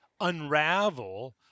unravel